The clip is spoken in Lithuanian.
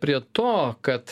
prie to kad